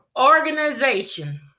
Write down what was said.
Organization